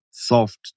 soft